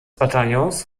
bataillons